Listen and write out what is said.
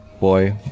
boy